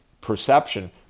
perception